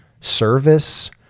service